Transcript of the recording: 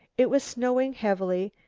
it was snowing heavily,